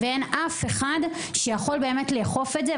ואין אף אחד שיכול באמת לאכוף את זה,